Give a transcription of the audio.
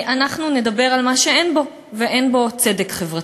אנחנו נדבר על מה שאין בו, ואין בו צדק חברתי.